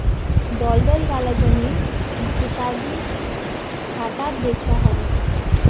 दलदल वाला जमीन पिताजीक घटाट बेचवा ह ले